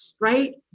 right